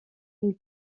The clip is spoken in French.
une